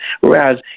Whereas